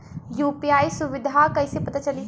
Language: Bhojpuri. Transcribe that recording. यू.पी.आई सुबिधा कइसे पता चली?